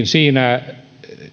siinä